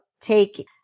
take